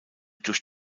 durch